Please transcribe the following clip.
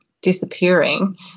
disappearing